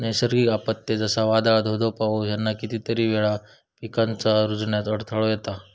नैसर्गिक आपत्ते, जसा वादाळ, धो धो पाऊस ह्याना कितीतरी वेळा पिकांच्या रूजण्यात अडथळो येता